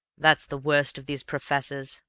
that's the worst of these professors,